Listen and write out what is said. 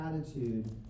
attitude